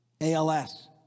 ALS